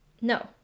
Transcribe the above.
No